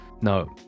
no